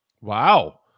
Wow